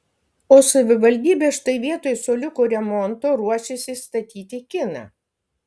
o savivaldybė štai vietoj suoliukų remonto ruošiasi statyti kiną